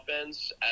offense